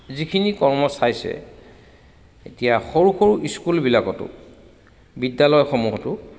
যিখিনি কৰ্ম চাইছে এতিয়া সৰু সৰু স্কুলবিলাকতো বিদ্যালয়সমূহতো